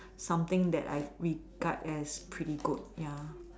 something that I've regard as pretty good ya